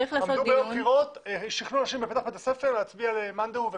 עמדו ביום הבחירות ושכנעו אנשים בפתח בית הספר להצביע למאן דהו.